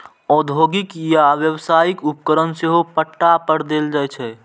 औद्योगिक या व्यावसायिक उपकरण सेहो पट्टा पर देल जाइ छै